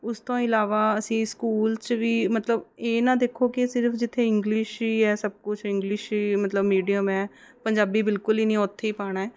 ਉਸ ਤੋਂ ਇਲਾਵਾ ਅਸੀਂ ਸਕੂਲ 'ਚ ਵੀ ਮਤਲਬ ਇਹ ਨਾ ਦੇਖੋ ਕਿ ਸਿਰਫ ਜਿੱਥੇ ਇੰਗਲਿਸ਼ ਹੀ ਹੈ ਸਭ ਕੁਛ ਇੰਗਲਿਸ਼ ਮਤਲਬ ਮੀਡੀਅਮ ਹੈ ਪੰਜਾਬੀ ਬਿਲਕੁਲ ਹੀ ਨਹੀਂ ਉੱਥੇ ਪਾਉਣਾ